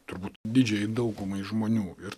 turbūt didžiajai daugumai žmonių ir